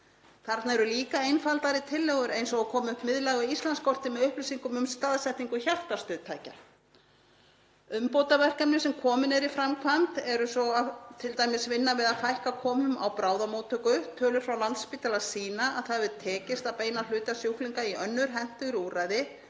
Þarna eru líka einfaldari tillögur eins og að koma upp miðlægu Íslandskorti með upplýsingum um staðsetningu hjartastuðtækja. Umbótaverkefni sem komin eru í framkvæmd eru t.d. vinna við að fækka komum á bráðamóttöku. Tölur frá Landspítala sýna að það hafi tekist að beina hluta sjúklinga í önnur hentugri úrræði,